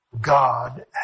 God